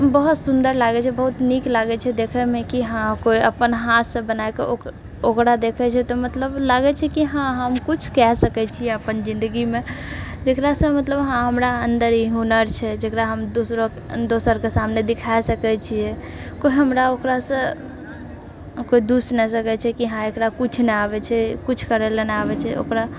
बहुत सुन्दर लागैत छै बहुत निक लागैत छै देखैमे कि हँ कोइ अपन हाथसँ बनाएके ओकरा देखैछै तऽ मतलब लागैछै कि हँ हम किछु कए सकैत छिए अपन जिन्दगीमे जेकरासँ मतलब हँ हमरा अन्दर ई हुनर छै जेकरा हम दोसरोके दोसरकेँ सामने देखाए सकैत छिए हमरा ओकरासँ ओकर दुइश नहि सकैत छिए कि हँ एकरा किछु नहि आबैत छै किछु करै लए नहि आबैत छै ओकरा